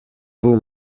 бул